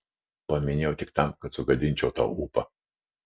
paminėjau tik tam kad sugadinčiau tau ūpą